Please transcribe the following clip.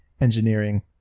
engineering